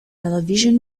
television